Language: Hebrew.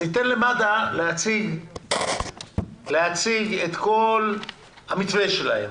ניתן למד"א להציג את כל המתווה שלהם: